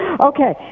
Okay